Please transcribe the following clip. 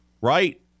right